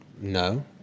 No